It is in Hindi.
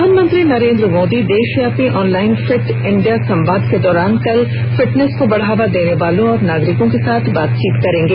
प्रधानमंत्री नरेंद्र मोदी देशव्यापी ऑनलाइन फिट इंडिया संवाद के दौरान कल फिटनेस को बढ़ावा देने वालों और नागरिकों के साथ बातचीत करेंगे